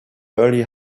early